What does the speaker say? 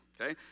okay